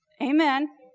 Amen